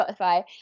Spotify